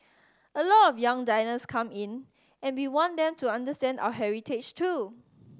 a lot of young diners come in and we want them to understand our heritage too